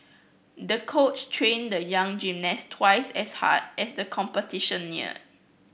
the coach trained the young gymnast twice as hard as the competition neared